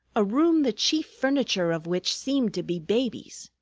a room the chief furniture of which seemed to be babies.